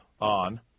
On